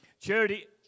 Charity